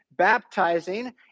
baptizing